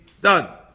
done